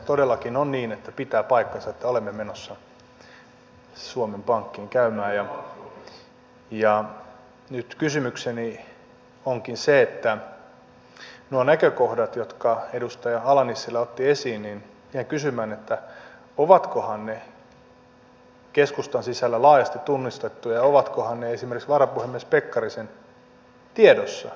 todellakin on niin että pitää paikkansa että olemme menossa suomen pankkiin käymään ja nyt kysymykseni onkin se jäin kysymään että nuo näkökohdat jotka edustaja ala nissilä otti esiin ovatkohan ne keskustan sisällä laajasti tunnistetut ja ovatkohan ne esimerkiksi varapuhemies pekkarisen tiedossa